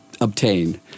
obtain